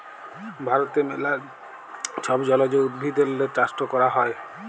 ভারতে ম্যালা ছব জলজ উদ্ভিদেরলে চাষট ক্যরা হ্যয়